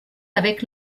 avec